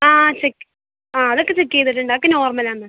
ആ ചെക്ക് ആ അതൊക്കെ ചെക്ക് ചെയ്തിട്ടുണ്ട് അതൊക്കെ നോർമൽ ആണ്